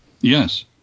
Yes